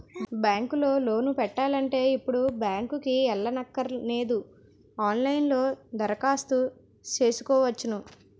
bank లో loan పెట్టాలంటే ఇప్పుడు బ్యాంకుకి ఎల్లక్కరనేదు ఆన్ లైన్ లో దరఖాస్తు సేసుకోవచ్చును